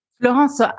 Florence